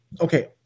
okay